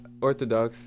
Orthodox